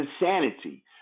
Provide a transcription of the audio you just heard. insanity